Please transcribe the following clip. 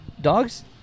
dogs